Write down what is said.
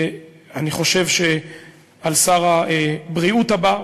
אני חושב שעל שר הבריאות הבא,